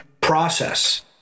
process